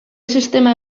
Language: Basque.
sistema